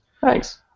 Thanks